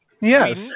Yes